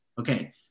okay